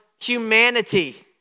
humanity